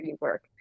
work